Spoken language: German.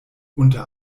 unter